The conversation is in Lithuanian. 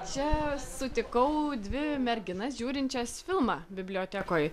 čia sutikau dvi merginas žiūrinčias filmą bibliotekoj